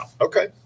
Okay